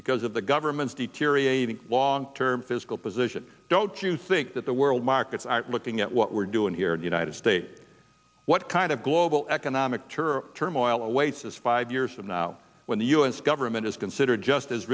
because of the government's deteriorating long term fiscal position don't you think that the world markets are looking at what we're doing here in united states what kind of global economic tour turmoil awaits us five years from now when the u s government is considered just